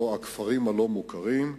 או הכפרים הלא-מוכרים,